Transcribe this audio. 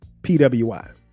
PWI